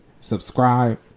subscribe